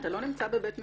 אתה לא נמצא בבית משפט,